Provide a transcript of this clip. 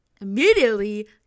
immediately